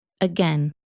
Again